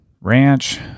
ranch